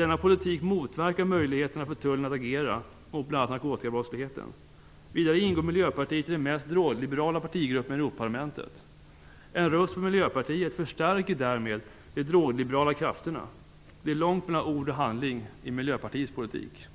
Denna politik motverkar möjligheterna för tullen att agera mot bl.a. narkotikabrottsligheten. Vidare ingår Miljöpartiet i den mest drogliberala partigruppen i Europaparlamentet. En röst på Miljöpartiet stärker därmed de drogliberala krafterna. Det är långt mellan ord och handling i Miljöpartiets politik.